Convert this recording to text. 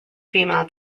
female